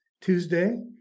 Tuesday